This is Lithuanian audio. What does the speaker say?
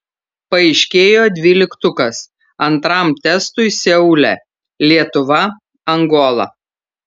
paaiškėjo dvyliktukas antram testui seule lietuva angola